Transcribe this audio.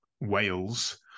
Wales